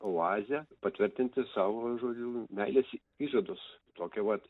oazę patvirtinti savo žodžiu meilės įžadus tokia vat